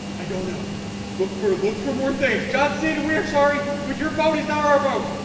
i don't know look for look for more things john cena. we're sorry, but your boat in our our boat